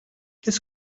qu’est